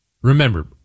Remember